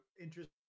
interesting